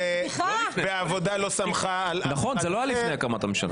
והעבודה לא סמכה על אף אחד אחר.